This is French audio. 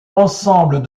ensemble